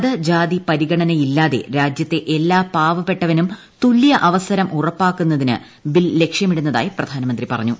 മത ജാതി പരിഗണനയില്ലാതെ രാജ്യത്തെ എല്ലാ പാവപ്പെട്ടവനും തുല്യ അവസരം ഉറപ്പാക്കുന്നത് ബിൽ ലക്ഷ്യമിടുന്നതായി പ്രധാനമന്ത്രിപ്പറിഞ്ഞു